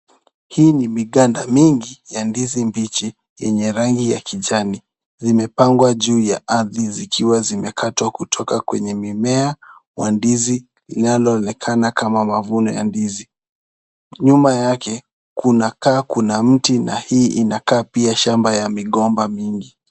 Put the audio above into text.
Hii ni miganda mingi ya ndizi mbichi yenye rangi ya kijani, zimepangwa juu ya ardhi zikiwa zimekatwa kutoka kwenye mimea wa ndizi linaloonekana kama mavuno ya ndizi. Nyuma yake kunakaa kuna mti, na hii pia inakaa kama shamba ya migomba mingi.